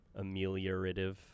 ameliorative